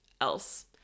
else